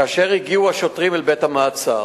כאשר הגיעו השוטרים אל בית-המעצר